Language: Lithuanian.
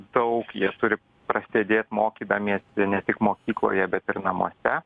daug jie turi prasėdėt mokydamiesi ne tik mokykloje bet ir namuose